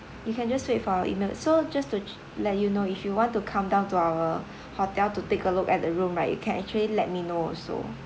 you can just wait for our email so just to let you know if you want to come down to our hotel to take a look at the room right you can actually let me know also